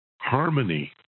harmony